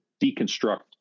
deconstruct